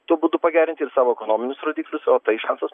tuo būdu pagerinti ir savo ekonominius rodiklius o tai šansas